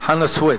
חנא סוייד,